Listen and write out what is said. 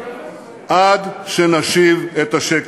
עד שנשיב את השקט.